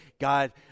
God